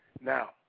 Now